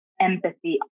empathy